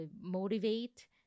motivate